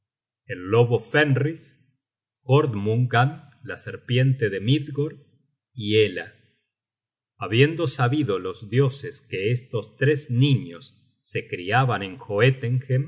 el lobo fenris jordmungand la serpiente demidgord y hela habiendo sabido los dioses que estos tres niños se criaban en